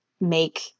make